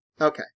Okay